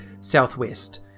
southwest